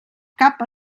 cap